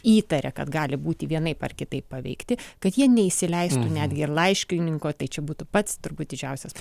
įtaria kad gali būti vienaip ar kitaip paveikti kad jie neįsileistų netgi ir laiškininko tai čia būtų pats turbūt didžiausias